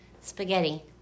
Spaghetti